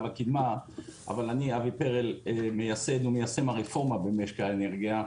אני מייסד הרפורמה במשק האנרגיה,